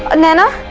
ah naina!